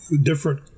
different